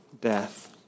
death